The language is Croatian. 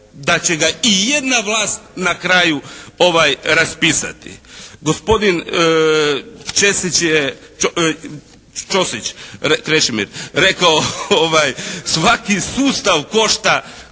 da će ga i jedna vlast na kraju raspisati. Gospodin Ćosić Krešimir je rekao, svaki sustav košta